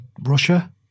russia